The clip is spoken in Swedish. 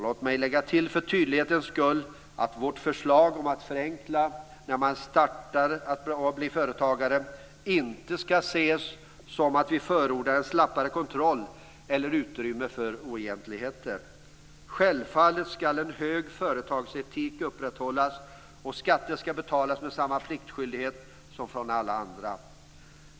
Låt mig för tydlighetens skull lägga till att vårt förslag om att förenkla för dem som vill bli företagare inte skall ses som att vi förordar en slappare kontroll eller utrymme för oegentligheter. Självfallet skall en hög företagsetik upprätthållas. Nystartande företagare skall betala skatter med samma pliktskyldighet som alla andra.